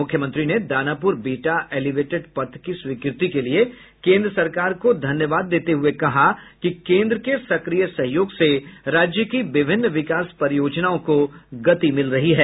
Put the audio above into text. मुख्यमंत्री ने दानापुर बिहटा एलिवेटेड पथ की स्वीकृति के लिये कोन्द्र सरकार को धन्यवाद देते हुए कहा कि केन्द्र के सक्रिय सहयोग से राज्य की विभिन्न विकास परियोजनाओं को गति मिल रही है